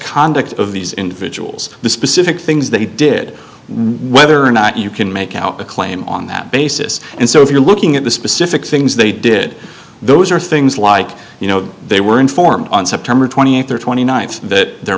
conduct of these individuals the specific things that he did whatever not you can make out a claim on that basis and so if you looking at the specific things they did those are things like you know they were informed on september twentieth or twenty ninth that there